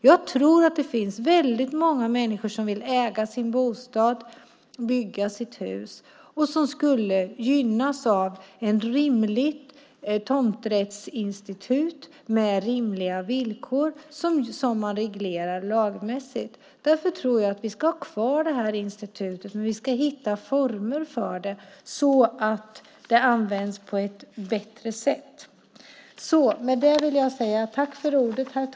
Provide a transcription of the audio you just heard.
Jag tror att det finns väldigt många människor som vill äga sin bostad, bygga sitt hus och som skulle gynnas av ett rimligt tomträttsinstitut med rimliga villkor som man reglerar i lag. Därför tror jag att vi ska ha kvar detta institut, men vi ska hitta former för det så att det används på ett bättre sätt.